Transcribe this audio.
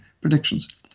predictions